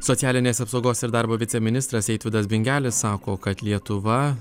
socialinės apsaugos ir darbo viceministras eitvydas bingelis sako kad lietuva